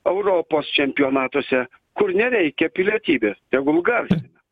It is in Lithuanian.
europos čempionatuose kur nereikia pilietybės tegul garsina